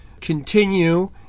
continue